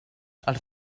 els